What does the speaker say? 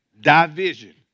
division